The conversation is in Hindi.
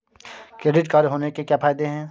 क्रेडिट कार्ड होने के क्या फायदे हैं?